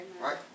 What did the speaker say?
right